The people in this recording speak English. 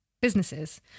businesses